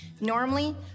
Normally